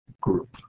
group